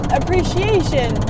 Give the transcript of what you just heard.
appreciation